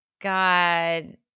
God